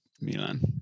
Milan